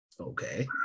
Okay